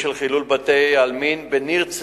מקרים של חילול בתי-עלמין ברחבי הארץ: בניר-צבי,